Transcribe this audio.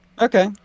Okay